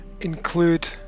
include